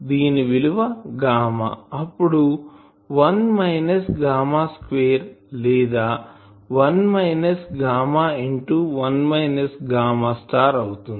దీని విలువ గామా అప్పుడు 1 మైనస్ గామా స్క్వేర్ లేదా 1 minus gamma into 1 minus gamma star అవుతుంది